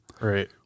right